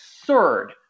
absurd